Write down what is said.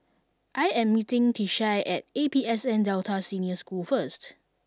I am meeting Tishie at A P S N Delta Senior School first